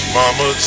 mama